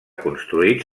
construït